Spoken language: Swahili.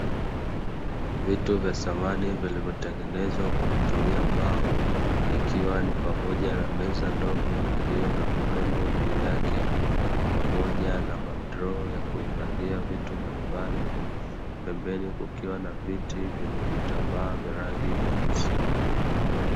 Vitu vya samani vilivyo tengenezwa kwa kutumia mbao ikiwa ni pamoja na meza ndogo iliyo na urembo juu yake pamoja na ma droo ya kuhifadhia vitu mbalimbali pembeni kukiwa na viti vyenye vitambaa vya rangi nyeusi.